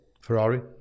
Ferrari